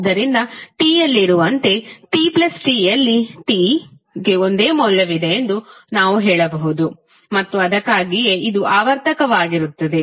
ಆದ್ದರಿಂದ T ಯಲ್ಲಿರುವಂತೆ tT ಯಲ್ಲಿ t ಗೆ ಒಂದೇ ಮೌಲ್ಯವಿದೆ ಎಂದು ನಾವು ಹೇಳಬಹುದು ಮತ್ತು ಅದಕ್ಕಾಗಿಯೇ ಅದು ಆವರ್ತಕವಾಗಿರುತ್ತದೆ